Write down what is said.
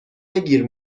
نگیر